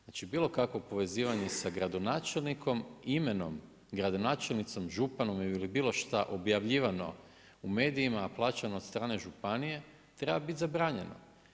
Znači bilo kakvo povezivanje sa gradonačelnikom, imenom gradonačelnicom, županom ili bilo šta objavljivano u medijima, a plaćano od strane županije treba bit zabranjeno.